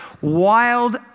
wild